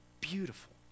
beautiful